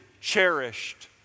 cherished